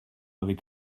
avec